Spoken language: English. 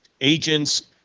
agents